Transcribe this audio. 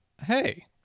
hey